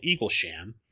Eaglesham